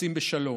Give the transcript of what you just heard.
החפצים בשלום.